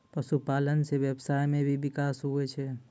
पशुपालन से व्यबसाय मे भी बिकास हुवै छै